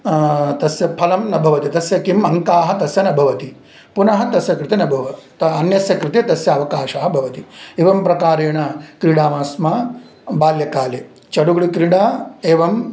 तस्य फलं न भवति तस्य किम् अङ्काः न भवति पुनः तस्य कृते न भवति त अन्यस्य कृते तस्य अवकाशः भवति एवं प्रकारेण क्रीडाम स्म बाल्यकाले चडुगुडुक्रीडा एवं